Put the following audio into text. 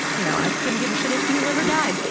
you know, i couldn't give a shit if you lived or died.